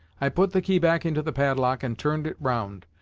i put the key back into the padlock and turned it round,